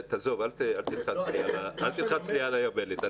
אל תלחץ לי על היבלת.